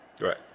right